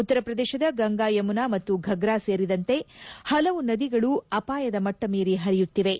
ಉತ್ತರ ಪ್ರದೇಶದ ಗಂಗಾ ಯಮುನಾ ಮತ್ತು ಫಫ್ರಾ ಸೇರಿದಂತೆ ಹಲವು ನದಿಗಳು ಅಪಾಯಮಟ್ನ ಮೀರಿ ಹರಿಯುತ್ತಿವೆ